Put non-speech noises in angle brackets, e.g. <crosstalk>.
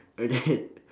okay <laughs>